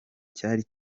cyari